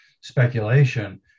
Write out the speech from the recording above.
speculation